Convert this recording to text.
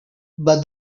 but